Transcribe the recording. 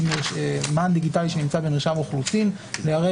מען דיגיטלי שנמצא במרשם האוכלוסין לא דומה